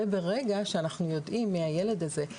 זה ברגע שאנחנו יודעים מהילד הזה,